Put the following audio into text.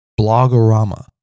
Blogorama